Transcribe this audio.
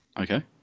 Okay